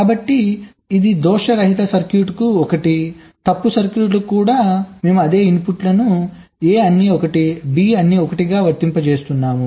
కాబట్టి ఇది దోష రహిత సర్క్యూట్కు 1 తప్పు సర్క్యూట్లకు కూడా మేము అదే ఇన్పుట్లను a అన్నీ 1 b అన్నీ 1 గా వర్తింపజేస్తున్నాము